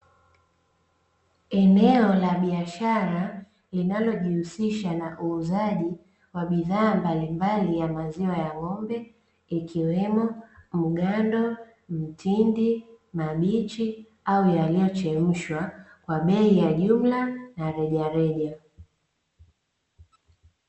Eneo la biashara linalojihusisha na uuzaji wa bidhaa mbalimbali ya maziwa ya ng'ombe ikiwemo mgando, mtindi, mabichi au yaliyochemshwa kwa bei ya jumla na rejareja.